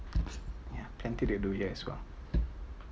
ya apparently they do here as well